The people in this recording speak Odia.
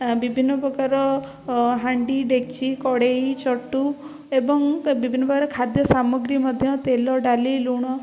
ବିଭିନ୍ନ ପ୍ରକାର ହାଣ୍ଡି ଡେକଚି କଡ଼େଇ ଚଟୁ ଏବଂ ବିଭିନ୍ନ ପ୍ରକାର ଖାଦ୍ୟ ସାମଗ୍ରୀ ମଧ୍ୟ ତେଲ ଡାଲି ଲୁଣ